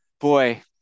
boy